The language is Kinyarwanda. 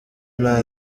nta